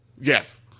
Yes